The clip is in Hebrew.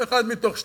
אחד מתוך שניים,